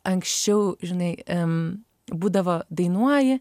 anksčiau žinai būdavo dainuoji